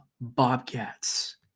Bobcats